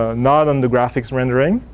ah not on the graphics rendering.